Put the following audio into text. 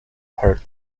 heard